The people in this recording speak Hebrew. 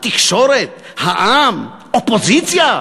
התקשורת, העם, אופוזיציה.